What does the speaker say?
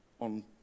on